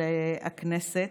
של הכנסת.